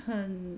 很